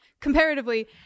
comparatively